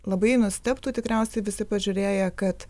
labai nustebtų tikriausiai visi pažiūrėję kad